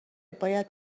باید